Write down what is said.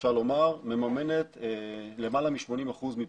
אפשר לומר, ממנת למעלה מ-80% מפעילות,